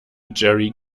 jerry